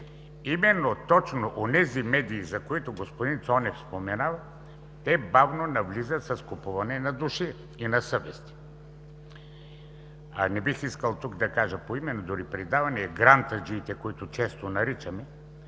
Именно, точно онези медии, за които господин Цонев споменава, бавно навлизат с купуване на души и на съвести. Не бих искал тук да кажа поименно – дори предавания, грантаджиите, които често наричаме